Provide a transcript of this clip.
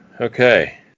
okay